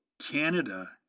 Canada